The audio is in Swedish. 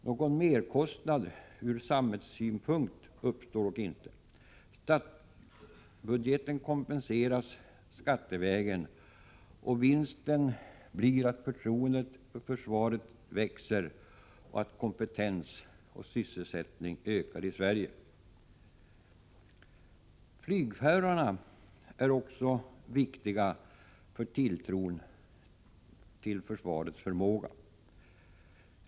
Någon merkostnad från samhällssynpunkt uppstår dock inte. Statsbudgeten kompenseras skattevägen, och vinsten blir att förtroendet för försvaret växer och att kompetens och sysselsättning ökar i Sverige. Även flygförarna är viktiga för tilltron till försvarets förmåga.